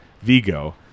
Vigo